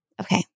Okay